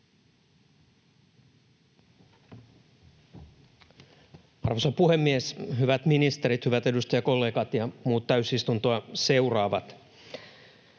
Arvoisa puhemies! Hyvät ministerit! Hyvät edustajakollegat ja muut täysistuntoa seuraavat!